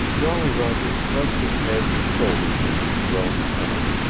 jolly roger thrust his head and shoulders into the growing tunnel.